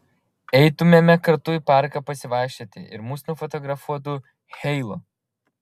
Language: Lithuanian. eitumėme kartu į parką pasivaikščioti ir mus nufotografuotų heilo